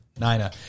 Nina